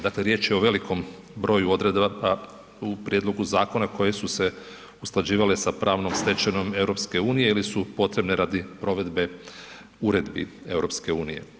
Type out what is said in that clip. Dakle, riječ je o velikom broju odredaba u prijedlogu zakona koje su se usklađivale sa pravnom stečevinom EU ili su potrebne radi provedbe uredbi EU.